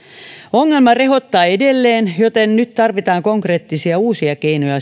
ongelma rehottaa edelleen joten nyt tarvitaan konkreettisia uusia keinoja